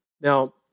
Now